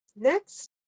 Next